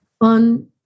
on